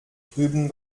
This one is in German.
drüben